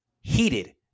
heated